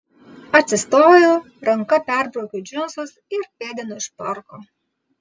atsistoju ranka perbraukiu džinsus ir pėdinu iš parko